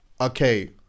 Okay